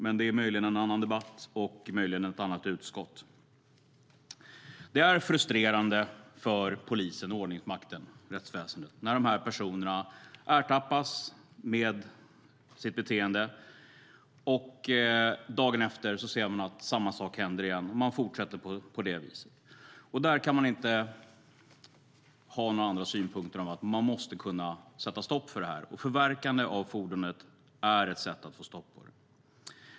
Men det är möjligen en annan debatt och möjligen ett annat utskott. Det är frustrerande för polisen, ordningsmakten och rättsväsendet när de här personerna ertappas med sitt beteende och när man dagen efter ser att samma sak händer igen. De fortsätter på det viset. Man kan inte ha några andra synpunkter än att vi måste kunna sätta stopp för detta, och förverkande av fordon är ett sätt att få stopp.